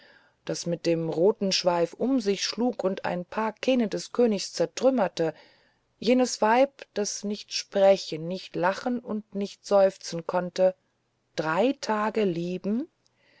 das mit dem roten schweif um sich schlug und ein paar kähne des königs zertrümmerte jenes weib das nicht sprechen nicht lachen und nicht seufzen konnte drei tage zu lieben